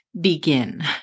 begin